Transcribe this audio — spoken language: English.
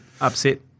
upset